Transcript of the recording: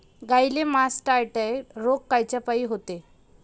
गाईले मासटायटय रोग कायच्यापाई होते?